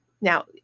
Now